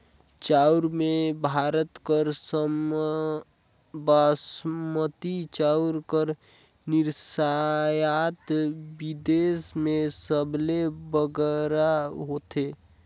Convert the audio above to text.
चाँउर में भारत कर बासमती चाउर कर निरयात बिदेस में सबले बगरा होथे